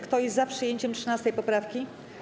Kto jest za przyjęciem 13. poprawki?